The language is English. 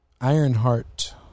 Ironheart